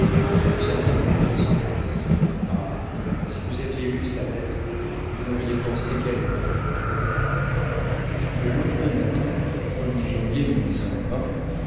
que sa sainte volonté se fasse ah si vous aviez lu sa lettre vous n'auriez pensé qu'à lui ma mère le lendemain matin premier janvier